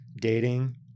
dating